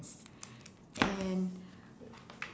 and